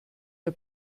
der